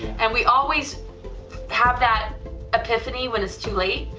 and we always have that epiphany when it's too late,